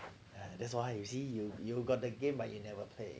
!hais! that's why you see you you got the game but you never play